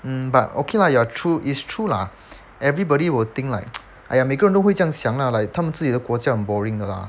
mm but okay lah ya true it's true lah everybody will think like !aiya! 每个人都会这样想啦 like 他们自己的国家很 boring 的啦